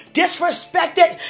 disrespected